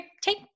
take